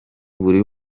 buri